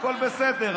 הכול בסדר.